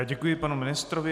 Děkuji panu ministrovi.